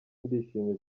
ndishimye